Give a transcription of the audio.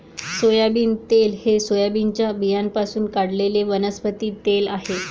soybean तेल हे सोयाबीनच्या बियाण्यांपासून काढलेले वनस्पती तेल आहे